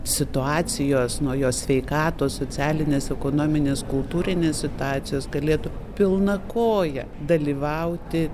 situacijos nuo jo sveikatos socialinės ekonominės kultūrinės situacijos galėtų pilna koja dalyvauti